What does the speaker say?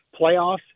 playoffs